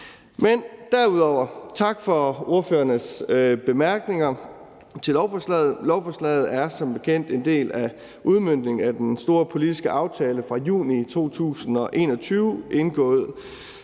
Men derudover tak for ordførernes bemærkninger til lovforslaget. Lovforslaget er som bekendt en del af udmøntningen af den store politiske aftale fra juni 2021 indgået